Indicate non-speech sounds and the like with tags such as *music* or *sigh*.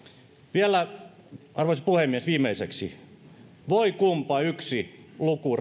vielä arvoisa puhemies viimeiseksi voi kunpa yksi luku *unintelligible*